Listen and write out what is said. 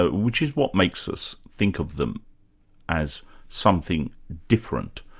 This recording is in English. ah which is what makes us think of them as something different.